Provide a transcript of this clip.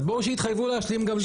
אז בואו, שיתחייבו להשלים גם לי.